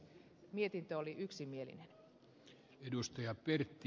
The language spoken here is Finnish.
mietintö oli yksimielinen